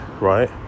right